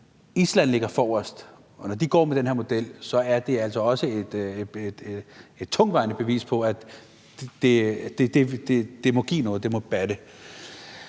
Island ligger forrest, og når de går med den her model, er det altså også et tungtvejende bevis for, at det må give noget, og at det må batte.